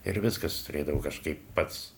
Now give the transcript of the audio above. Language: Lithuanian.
ir viskas turėdavau kažkaip pats